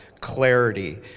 clarity